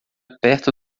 perto